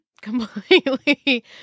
completely